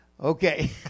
Okay